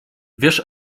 wiesz